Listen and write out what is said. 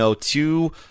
two